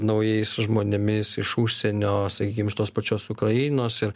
naujais žmonėmis iš užsienio sakykim iš tos pačios ukrainos ir